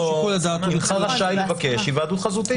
הינך רשאי לבקש היוועדות חזותית.